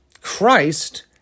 Christ